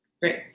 Great